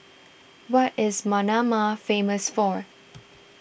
what is Manama famous for